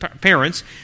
parents